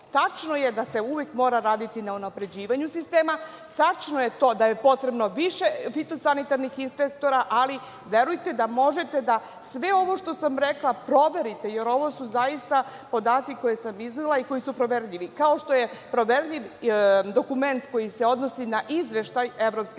Tačno je da se uvek mora raditi na unapređivanju sistema. Tačno je to da je potrebno više fitosanitarnih inspektora, ali verujte da možete da sve ovo što sam rekla proverite, jer ovo su zaista podaci koje sam iznela i koji su proverljivi, kao što je proverljiv dokument koji se odnosi na izveštaj